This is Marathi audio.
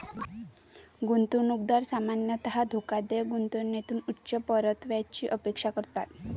गुंतवणूकदार सामान्यतः धोकादायक गुंतवणुकीतून उच्च परताव्याची अपेक्षा करतात